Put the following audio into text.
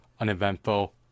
uneventful